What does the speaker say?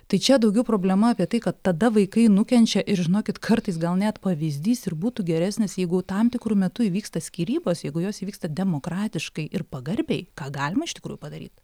tai čia daugiau problema apie tai kad tada vaikai nukenčia ir žinokit kartais gal net pavyzdys ir būtų geresnis jeigu tam tikru metu įvyksta skyrybos jeigu jos įvyksta demokratiškai ir pagarbiai ką galima iš tikrųjų padaryt